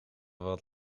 wat